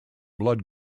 blood